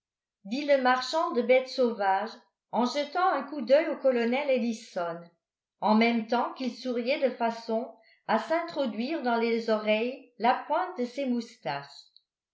le marchand de bêtes sauvages en jetant un coup d'œil au colonel ellison en même temps qu'il souriait de façon à s'introduire dans les oreilles la pointe de ses moustaches